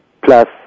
Plus